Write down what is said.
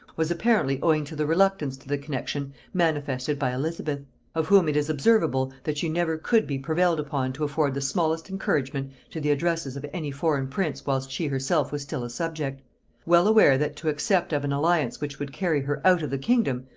was apparently owing to the reluctance to the connexion manifested by elizabeth of whom it is observable, that she never could be prevailed upon to afford the smallest encouragement to the addresses of any foreign prince whilst she herself was still a subject well aware that to accept of an alliance which would carry her out of the kingdom,